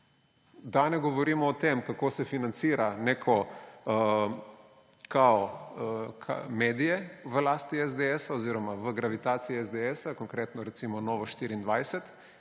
Da ne govorimo o tem, kako se financira neke kao medije v lasti SDS oziroma v gravitaciji SDS, konkretno recimo Novo24TV,